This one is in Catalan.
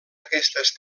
aquestes